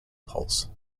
pulse